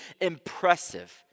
impressive